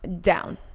Down